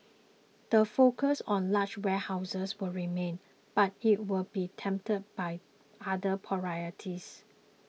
the focus on large warehouses will remain but it will be tempered by other priorities